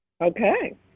Okay